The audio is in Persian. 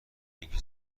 اینکه